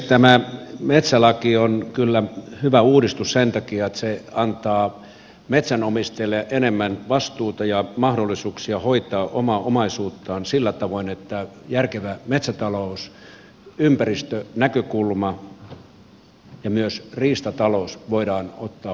tämä metsälaki on kyllä hyvä uudistus sen takia että se antaa metsänomistajille enemmän vastuuta ja mahdollisuuksia hoitaa omaa omaisuuttaan sillä tavoin että järkevä metsätalous ympäristönäkökulma ja myös riistatalous voidaan ottaa huomioon